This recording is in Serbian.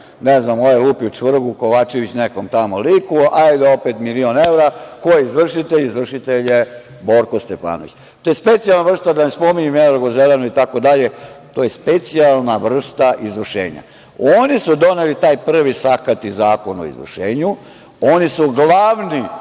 ne znam, ovaj lupio čvrgu Kovačević nekom tamo liku, milion evra. Ko je izvršitelj? Izvršitelj je Borko Stefanović. To je specijalna vrsta, da ne spominjem, to je specijalna vrsta izvršenja. Oni su doneli taj prvi sakati Zakon o izvršenju, oni su glavne